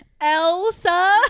Elsa